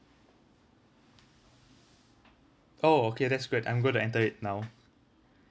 oh okay that's great I'm going to enter it now